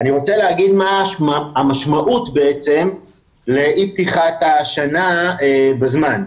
אני רוצה להגיד מהי המשמעות בעצם של אי פתיחת השנה בזמן.